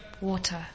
water